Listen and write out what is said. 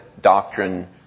doctrine